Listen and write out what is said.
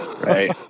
Right